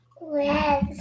red